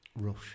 rush